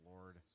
Lord